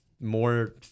more